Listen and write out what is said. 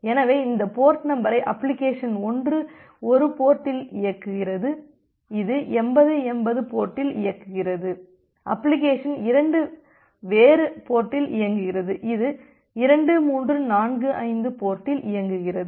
எனவே இந்த போர்ட் நம்பரை அப்ளிகேஷன் 1 ஒரு போர்ட்டில் இயங்குகிறது இது 8080 போர்ட்டில் இயங்குகிறது அப்ளிகேஷன் 2 வேறு போர்ட்டில் இயங்குகிறது இது 2345 போர்ட்டில் இயங்குகிறது